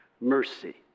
mercy